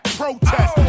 protest